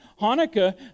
Hanukkah